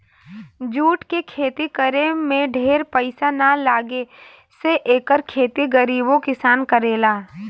jute के खेती करे में ढेर पईसा ना लागे से एकर खेती गरीबो किसान करेला